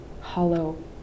hollow